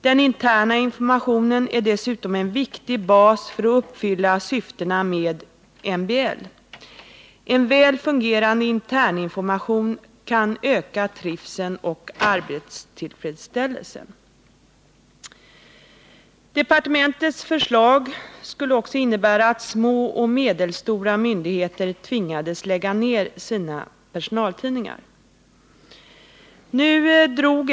Den interna informationen är dessutom en viktig bas för att uppfylla syftena med MBL. En väl fungerande interninformation kan öka trivseln och arbetstillfredsställelsen =—--.” Departementets förslag skulle också ha inneburit att små och medelstora myndigheter tvingades lägga ned sina personaltidningar.